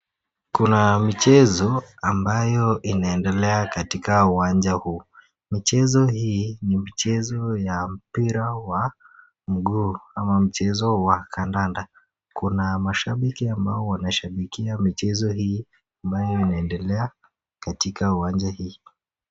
Kuna michezo ambayo inaendelea katika uwanja huu. Michezo hii ni mchezo ya mpira wa mguu ama mchezo wa kandanda. Kuna mashabiki ambao wanashabikia michezo hii ambayo inaendelea katika uwanja hii.